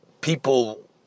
people